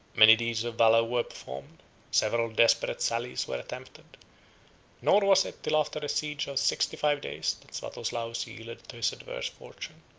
many deeds of valor were performed several desperate sallies were attempted nor was it till after a siege of sixty-five days that swatoslaus yielded to his adverse fortune.